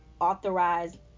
authorized